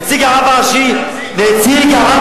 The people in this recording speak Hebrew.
נציג הרב הראשי לישראל,